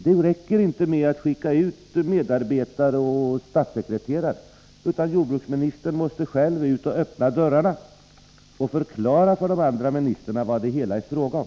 Det räcker inte med att skicka ut statssekreterare och andra medarbetare, utan jordbruksministern måste själv öppna dörrarna och förklara för de andra ministrarna vad det är fråga om.